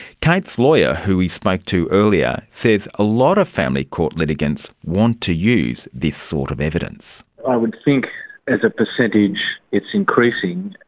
kate's lawyer, who we spoke to earlier, says a lot of family court litigants want to use this sort of evidence. i would think as a percentage it's increasing.